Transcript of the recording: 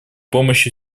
помощи